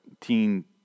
Teen